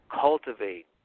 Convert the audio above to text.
cultivate